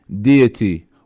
deity